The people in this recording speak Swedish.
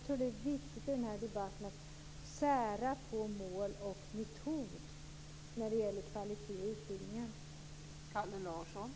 Det är viktigt att i debatten sära på mål och metod för kvalitet i utbildningen.